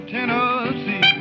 Tennessee